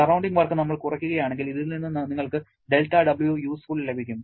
surrounding work നമ്മൾ കുറയ്ക്കുകയാണെങ്കിൽ ഇതിൽ നിന്ന് നിങ്ങൾക്ക് δW useful ലഭിക്കും